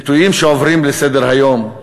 ביטויים, שעוברים לסדר-היום.